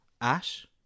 Ash